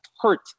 hurt